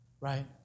Right